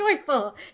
joyful